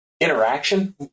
Interaction